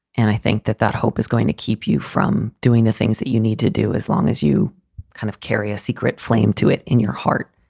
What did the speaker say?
and i think that that hope is going to keep you from doing the things that you need to do as long as you kind of carry a secret flame to it in your heart.